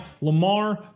Lamar